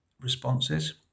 responses